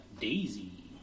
Daisy